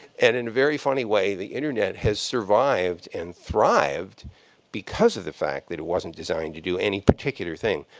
and in a very funny way, the internet has survived and thrived because of the fact that it wasn't designed to do any particular thing.